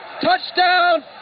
Touchdown